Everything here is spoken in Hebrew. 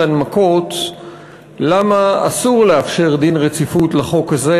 הנמקות למה אסור לאפשר דין רציפות לחוק הזה.